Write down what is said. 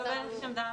אבל זו עמדת הממשלה.